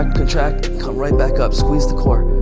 um contract, come right back up, squeeze the core.